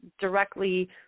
directly